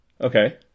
Okay